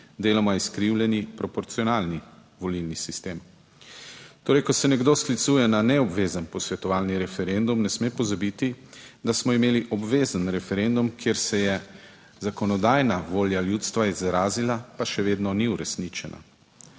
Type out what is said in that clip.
deloma izkrivljeni proporcionalni volilni sistem. Torej ko se nekdo sklicuje na neobvezen posvetovalni referendum, ne sme pozabiti, da smo imeli obvezen referendum, kjer se je zakonodajna volja ljudstva izrazila, pa še vedno ni uresničena.